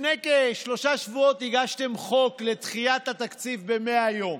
לפני כשלושה שבועות הגשתם חוק לדחיית התקציב ב-100 יום.